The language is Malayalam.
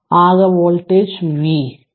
അതിനാൽ ആകെ വോൾട്ടേജ് V